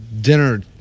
dinner